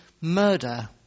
murder